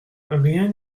rien